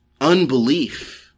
unbelief